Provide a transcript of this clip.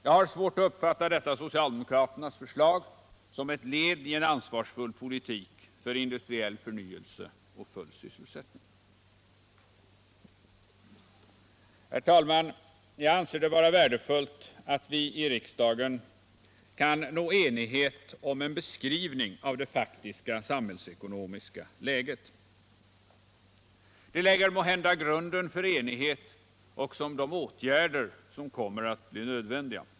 Jag har svårt att uppfatta detta socialdemokraternas förslag som ett led i en ansvarsfull politik för industriell förnyelse och full sysselsättning. Herr talman! Jag anser det vara värdefullt att vi i riksdagen kan nå enighet om en beskrivning av det faktiska samhällsekonomiska läget. Det lägger måhända grunden för enighet också om de åtgärder som kommer att bli nödvändiga.